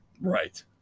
Right